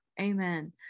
amen